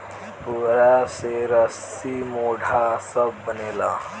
पुआरा से रसी, मोढ़ा सब बनेला